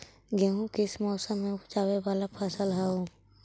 गेहूं किस मौसम में ऊपजावे वाला फसल हउ?